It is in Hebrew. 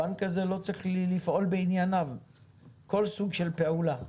הבנק הזה לא צריך לפעול בענייניו כל סוג של פעולה.